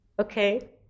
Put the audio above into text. Okay